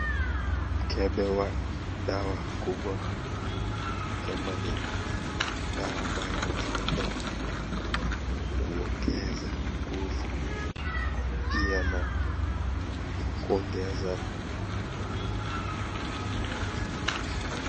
Mkebe wa dawa kubwa ni kama ni dawa ambayo inatumika kuongeza nguvu pia na kuongeza.